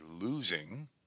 losing